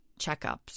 checkups